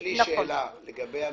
לגבי המבחנים,